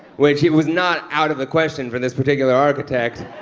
which it was not out of the question for this particular architect,